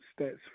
stats